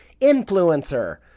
influencer